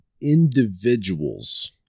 individuals